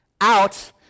out